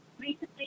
Recently